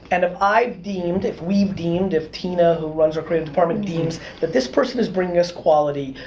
and if i've deemed, if we've deemed, if tina, who runs our creative department deems that this person is bringing us quality,